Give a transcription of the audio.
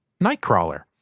Nightcrawler